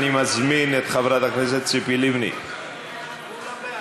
אני מזמין את חברת הכנסת ציפי לבני, כולם בעד.